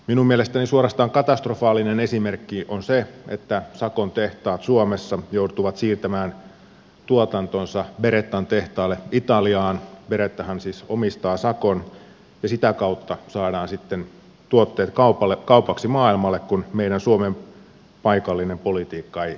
minun mielestäni suorastaan katastrofaalinen esimerkki on se että sakon tehtaat suomessa joutuvat siirtämään tuotantonsa berettan tehtaalle italiaan berettahan siis omistaa sakon ja sitä kautta saadaan sitten tuotteet kaupaksi maailmalle kun meidän suomen paikallinen politiikka ei sitä salli